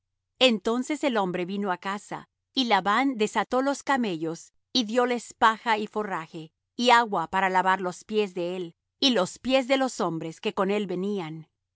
entonces el hombre vino á casa y labán desató los camellos y dióles paja y forraje y agua para lavar los piés de él y los piés de los hombres que con él venían